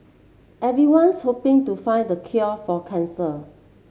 everyone's hoping to find the cure for cancer